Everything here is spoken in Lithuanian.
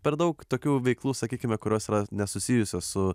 per daug tokių veiklų sakykime kurios yra nesusijusios su